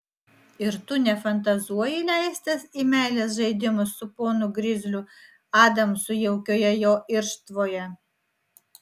ir tu nefantazuoji leistis į meilės žaidimus su ponu grizliu adamsu jaukioje jo irštvoje